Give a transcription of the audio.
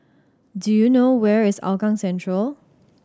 do you know where is Hougang Central